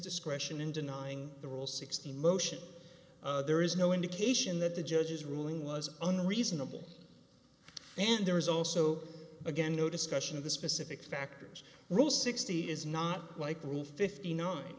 discretion in denying the rule sixty motion there is no indication that the judge's ruling was an reasonable and there is also again no discussion of the specific factors rule sixty is not like rule fifty nine